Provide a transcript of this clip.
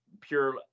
pure